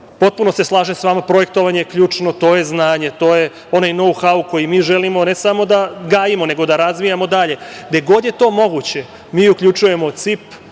Potpuno se slažem s vama, projektovanje je ključno, to je znanje, to je onaj „nou-hau“ koji mi želimo, ne samo da gajimo, nego da razvijamo dalje, gde god je to moguće. Mi uključujemo CIP,